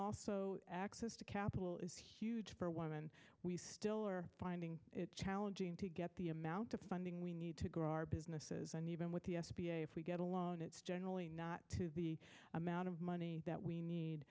also access to capital is huge for women we still are finding it challenging to get the amount of funding we need to grow our businesses and even with the s b a if we get along it's generally not the amount of money that we need